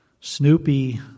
Snoopy